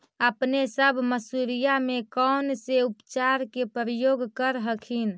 अपने सब मसुरिया मे कौन से उपचार के प्रयोग कर हखिन?